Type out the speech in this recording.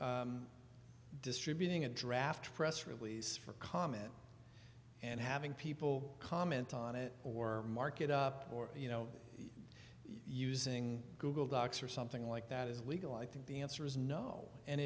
whether distributing a draft press release for comment and having people comment on it or mark it up or you know using google docs or something like that is legal i think the answer is no and